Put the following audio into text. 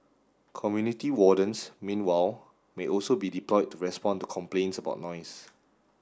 community wardens meanwhile may also be deployed to respond to complaints about noise